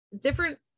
Different